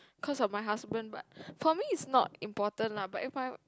cause of my husband but for me it's not important lah but if my